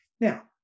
now